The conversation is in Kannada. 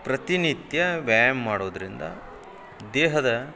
ಪ್ರತಿನಿತ್ಯ ವ್ಯಾಯಾಮ ಮಾಡೋದರಿಂದ ದೇಹದ